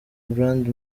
brand